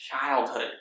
childhood